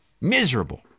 Miserable